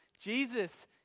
Jesus